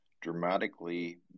dramatically